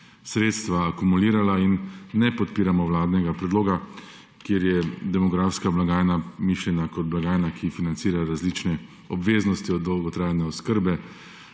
sredstva akumulirala, in ne podpiramo vladnega predloga, kjer je demografska blagajna mišljena kot blagajna, ki financira različne obveznosti, od dolgotrajne oskrbe